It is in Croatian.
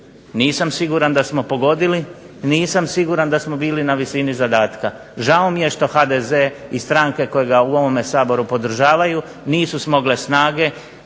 Nisam sigurna da smo pogodili, nisam siguran da smo bili na visini zadatka. Žao mi je što HDZ i stranke koje ga u ovome Saboru podržavaju nisu smogle snage